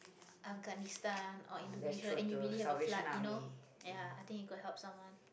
afghanistan or indonesia and you really have a flood you know ya i think it could help someone